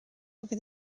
over